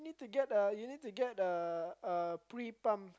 you need to get the you need to get the uh pre pump